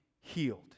healed